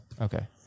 Okay